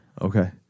okay